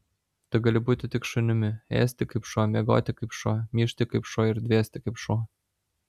tu gali būti tik šunimi ėsti kaip šuo miegoti kaip šuo myžti kaip šuo ir dvėsti kaip šuo